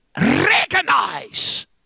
recognize